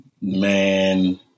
Man